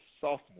sophomore